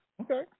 Okay